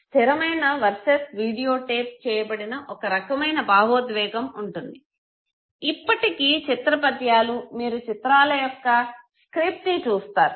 స్థిరమైన versus video tape చేయబడిన ఒక రకమైన భావోద్వేగం ఉంటుందిఇప్పటికీ చిత్ర పద్యాలు మీరు చిత్రాల యొక్క స్ట్రిప్ ని చూస్తారు